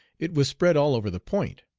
it was spread all over the point.